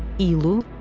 ilu,